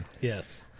Yes